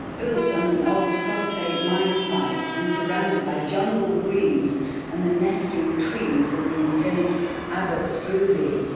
built on an old phosphate mine site and surrounded by jungle greens and the nesting trees of the endemic abbott's booby.